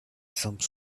some